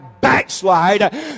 backslide